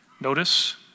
Notice